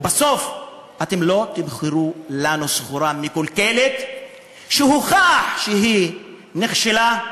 ובסוף אתם לא תמכרו לנו סחורה מקולקלת שהוכח שהיא נכשלה.